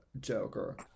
Joker